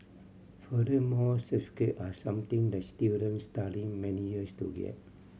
furthermore certificate are something that students study many years to get